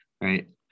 right